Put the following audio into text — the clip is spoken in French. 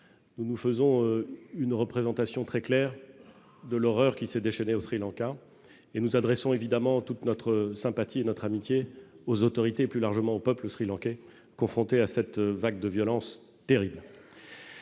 nous nous faisons une représentation très claire de l'horreur qui s'est déchaînée au Sri Lanka et nous adressons évidemment toute notre sympathie, notre amitié aux autorités plus largement au peuple srilankais, confronté à cette vague de violence terrible.